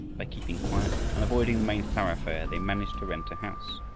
by keeping quiet and avoiding the main thoroughfare, they managed to rent a house.